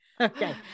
Okay